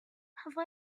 have